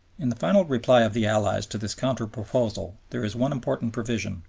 in the final reply of the allies to this counter-proposal there is one important provision,